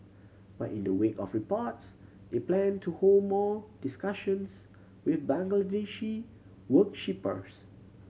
but in the wake of the reports they plan to hold more discussions with Bangladeshi worshippers